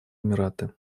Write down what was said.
эмираты